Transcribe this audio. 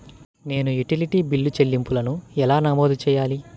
నేను utility bill చెల్లింపులను ఎలా నమోదు చేయాలి?